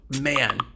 man